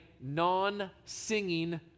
non-singing